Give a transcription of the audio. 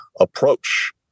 approach